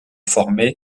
former